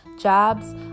Jobs